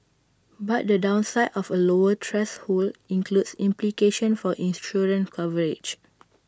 but the downside of A lower threshold includes implications for insurance coverage